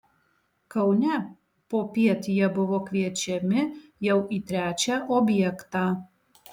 kaune popiet jie buvo kviečiami jau į trečią objektą